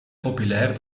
populair